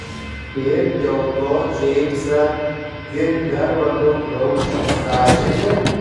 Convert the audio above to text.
ir dėl to džeimsą tik dar labiau grauš sąžinė